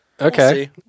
Okay